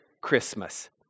Christmas